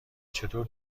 چطور